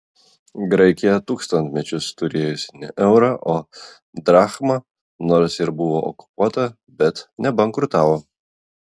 graikija tūkstantmečius turėjusi ne eurą o drachmą nors ir buvo okupuota bet nebankrutavo